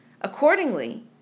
Accordingly